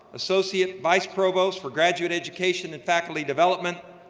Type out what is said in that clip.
associate vice provost for graduate education and faculty development.